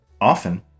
often